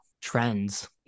Trends